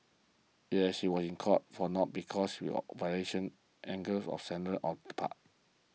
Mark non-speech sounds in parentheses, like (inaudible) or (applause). yes was in court for not because real (unintelligible) act of surrender on the part